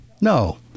No